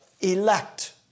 elect